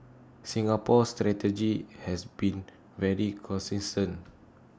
Singapore's strategy has been very consistent